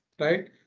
right